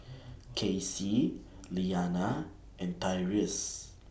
Kaycee Lilianna and Tyreese